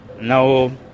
No